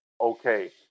okay